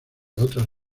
otras